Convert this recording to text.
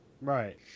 Right